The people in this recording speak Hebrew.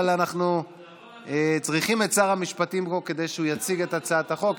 אנחנו צריכים את שר המשפטים פה כדי שהוא יציג את הצעת החוק.